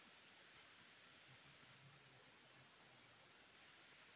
पशुपालन व्यवसाय क्या है?